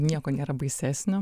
nieko nėra baisesnio